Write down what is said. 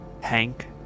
Hank